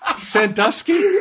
Sandusky